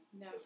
No